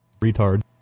Retard